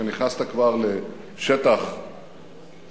כי נכנסת כבר לשטח ממוקש,